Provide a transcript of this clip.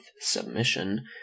submission